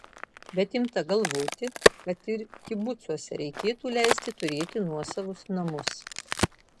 bet imta galvoti kad ir kibucuose reikėtų leisti turėti nuosavus namus